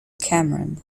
cameron